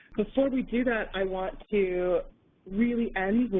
before we do that, i want to really end with,